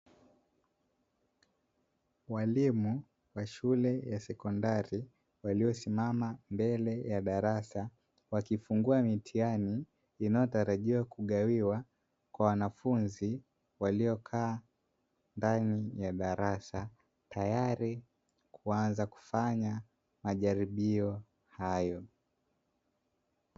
Walimu wa shule ya sekondari waliosimama mbele ya darasa wakifungua mitihani inayotarajiwa kugawiwa kwa wanafunzi waliokaa ndani ya darasa, tayari kuanza kufanya majaribio hayo.